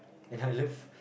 and I love